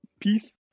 Peace